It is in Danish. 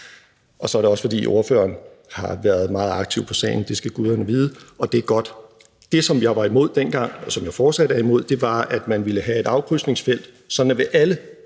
Og så er det også, fordi ordføreren har været meget aktiv i sagen – det skal guderne vide – og det er godt. Det, som jeg var imod dengang, og som jeg fortsat er imod, var, at man ville have et afkrydsningsfelt, sådan at politiet